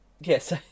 Yes